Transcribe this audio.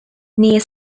near